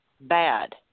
bad